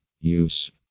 Use